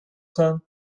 sein